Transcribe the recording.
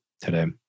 today